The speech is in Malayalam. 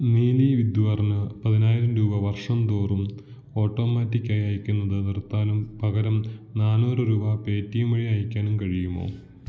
നീലി വിദ്വാറിന് പതിനായിരം രൂപ വർഷം തോറും ഓട്ടോമാറ്റിക്കായി അയയ്ക്കുന്നത് നിർത്താനും പകരം നാന്നൂറ് രൂപ പേടിഎം വഴി അയയ്ക്കാനും കഴിയുമോ